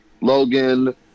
Logan